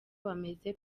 bameze